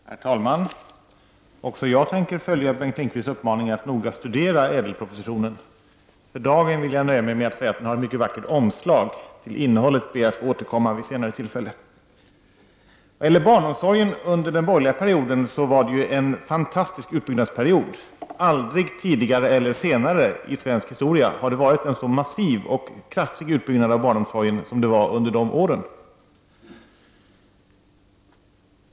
Herr talman! Också jag tänker följa Bengt Lindqvists uppmaning att noga studera ÄDEL propositionen. För dagen vill jag nöja mig med att säga den har ett mycket vackert omslag, till innehållet ber jag att få återkomma vid ett senare tillfälle. Den borgerliga perioden var en fantastisk utbyggnadsperiod för barnomsorgen. Aldrig tidigare eller senare i svensk historia har det varit en så massiv och kraftig utbyggnad av barnomsorgen som under de åren.